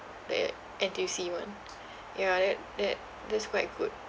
the N_T_U_C [one] ya that that that's quite good